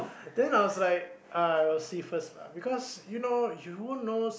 then I was like I will see first lah because you know you won't know